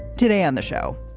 today on the show,